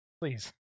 Please